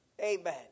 amen